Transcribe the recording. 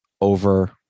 over –